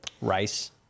rice